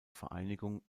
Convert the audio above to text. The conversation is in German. vereinigung